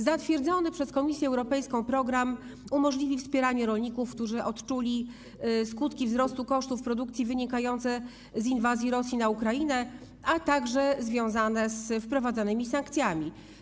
Zatwierdzony przez Komisję Europejską program umożliwi wspieranie rolników, którzy odczuli skutki wzrostu kosztów produkcji wynikające z inwazji Rosji na Ukrainę, a także związane z wprowadzonymi sankcjami.